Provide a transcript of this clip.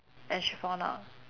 and she found out